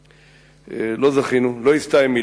שלא זכינו, לא אסתייעא מילתא,